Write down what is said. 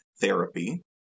therapy